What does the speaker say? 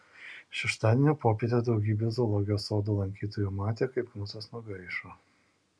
šeštadienio popietę daugybė zoologijos sodo lankytojų matė kaip knutas nugaišo